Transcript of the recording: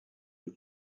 you